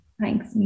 Thanks